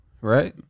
Right